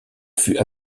fut